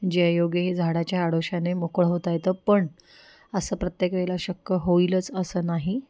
ज्या योगे झाडाच्या आडोशाने मोकळं होता येतं पण असं प्रत्येक वेळेला शक्य होईलच असं नाही